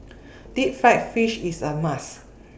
Deep Fried Fish IS A must